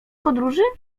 podróży